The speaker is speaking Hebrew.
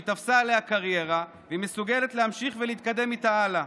שהיא תפסה עליה קריירה והיא מסוגלת להמשיך ולהתקדם איתה הלאה".